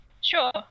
sure